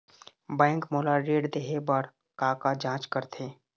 Bank मोला ऋण देहे बार का का जांच करथे?